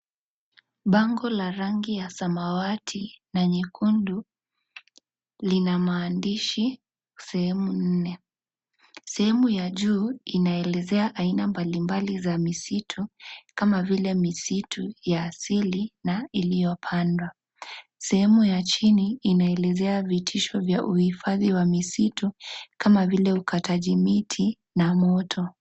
Bango la rangi ya samawati na nyekundu lina maandishi sehemu nne. Sehemu ya juu inaelezea aina mbalimbali za misitu. Kama vile misitu ya asili na iliyopandwa. Sehemu ya chini inaelezea vitisho vya uhifadhi wa misitu kama vile ukataji miti na moto.